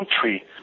country